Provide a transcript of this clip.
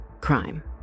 crime